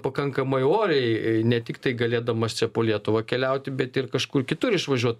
pakankamai oriai ne tiktai galėdamas čia po lietuvą keliauti bet ir kažkur kitur išvažiuot